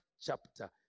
chapter